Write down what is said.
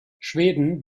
schweden